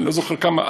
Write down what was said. אני לא זוכר כמה,